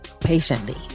patiently